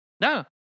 no